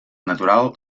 natural